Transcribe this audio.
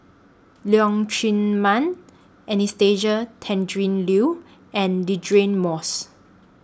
Leong Chee Mun Anastasia Tjendri Liew and Deirdre Moss